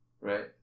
Right